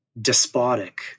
despotic